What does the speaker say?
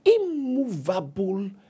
immovable